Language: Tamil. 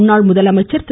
முன்னாள் முதலமைச்சர் திரு